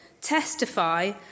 testify